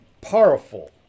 powerful